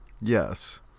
yes